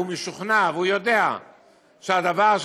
והוא משוכנע והוא יודע שהדבר הזה,